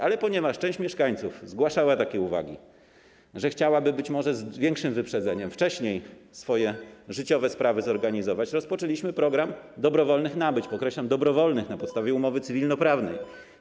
Ale ponieważ część mieszkańców zgłaszała takie uwagi, że chciałaby być może z większym wyprzedzeniem, wcześniej swoje życiowe sprawy zorganizować, rozpoczęliśmy program dobrowolnych nabyć - podkreślam, dobrowolnych, na podstawie umowy cywilnoprawnej.